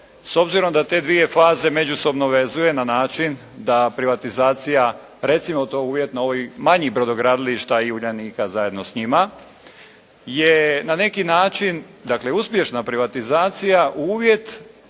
s obzirom da te dvije faze međusobno vezuje na način da privatizacija recimo to uvjetno ovih manjih brodogradilišta i Uljanika zajedno s njima je na neki način dakle uspješna privatizacija uvjet